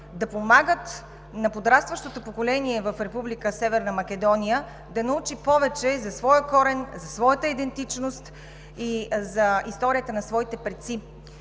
да помагат на подрастващото поколение в Република Северна Македония да научи повече за своя корен, за своята идентичност и за историята на своите предци.